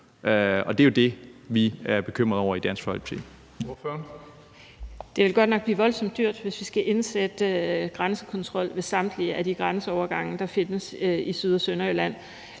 Og det er jo det, vi er bekymret over i Dansk Folkeparti.